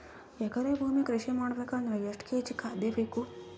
ಎಕರೆ ಭೂಮಿ ಕೃಷಿ ಮಾಡಬೇಕು ಅಂದ್ರ ಎಷ್ಟ ಕೇಜಿ ಖಾದ್ಯ ಬೇಕು?